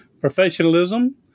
professionalism